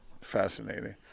fascinating